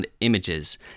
Images